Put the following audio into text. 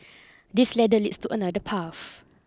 this ladder leads to another path